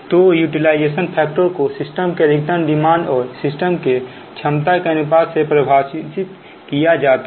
तो utilization factor को system के अधिकतम डिमांड और सिस्टम के क्षमता के अनुपात से परिभाषित किया जाता है